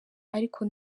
ariko